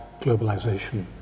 globalization